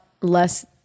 less